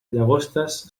llagostes